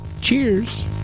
Cheers